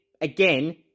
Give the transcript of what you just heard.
again